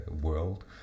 world